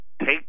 take